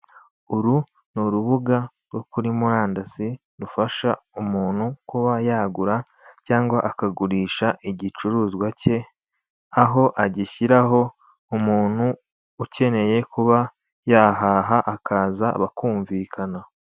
Uru ni urubuga rwo kuri Murandasi, rufasha umuntu kuba yagura cyangwa akagurisha igicuruzwa cye, aho agishyiraho umuntu ukeneye kuba yahaha akaza bakumvikana.